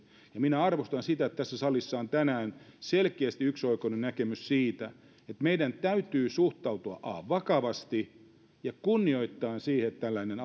tehneet minä arvostan sitä että tässä salissa on tänään selkeästi yksioikoinen näkemys siitä että meidän täytyy suhtautua vakavasti ja kunnioittaen siihen että tällainen